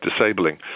disabling